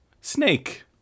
Snake